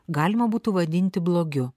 galima būtų vadinti blogiu